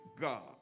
God